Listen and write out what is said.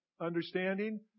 understanding